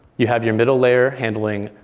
you have your middle layer handling,